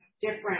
different